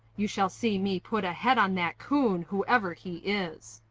you shall see me put a head on that coon, whoever he is.